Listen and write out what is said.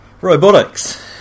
Robotics